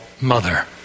mother